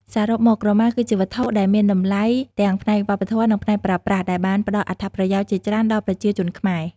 សរុបមក ក្រមាគឺជាវត្ថុដែលមានតម្លៃទាំងផ្នែកវប្បធម៌និងផ្នែកប្រើប្រាស់ ដែលបានផ្តល់អត្ថប្រយោជន៍ជាច្រើនដល់ប្រជាជនខ្មែរ។